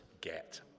get